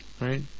right